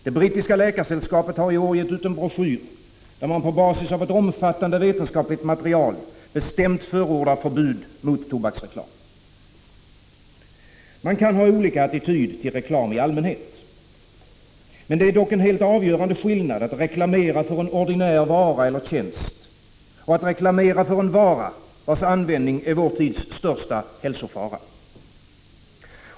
Det brittiska läkarsällskapet hari år gett ut en broschyr, där man på basis av ett omfattande vetenskapligt material bestämt förordar förbud mot tobaksreklam. Man kan ha olika attityd till reklam i allmänhet. Men det är en helt avgörande skillnad mellan att reklamera för en ordinär vara eller tjänst och att reklamera för en vara, vars användning är vår tids största hälsofara.